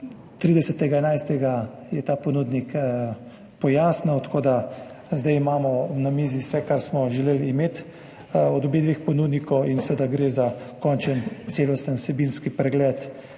30. 11. je ta ponudnik pojasnil, tako da imamo zdaj na mizi vse, kar smo želeli imeti od obeh ponudnikov. Seveda gre za končen celosten vsebinski pregled